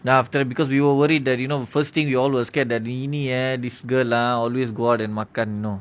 then after that because we were worried that you know first thing we all were scared that இனிய:iniya this girl lah always go out and makan you know